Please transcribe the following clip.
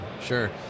sure